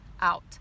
out